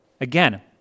Again